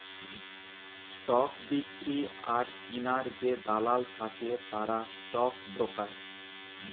stock বিক্রি আর কিনার যে দালাল থাকে তারা স্টক ব্রোকার